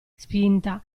spinta